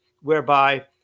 whereby